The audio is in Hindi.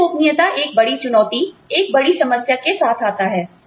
वेतन गोपनीयता एक बड़ी चुनौती एक बड़ी समस्या के साथ आता है